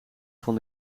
van